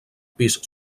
pis